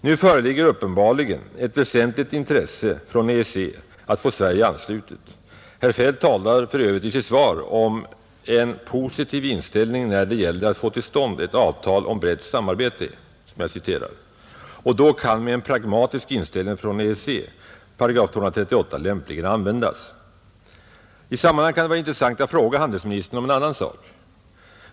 Nu föreligger uppenbarligen ett väsentligt intresse från EEC att få Sverige anslutet — herr Feldt talar i sitt svar om ”en positiv inställning när det gäller att få till stånd ett avtal om brett samarbete” — och då kan med en pragmatisk inställning från EEC § 238 lämpligen användas, I sammanhanget kan det vara intressant att fråga handelsministern om en annan sak.